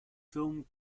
film